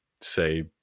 say